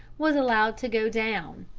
was allowed to go down.